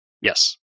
Yes